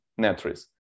Netris